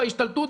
בהשתלטות,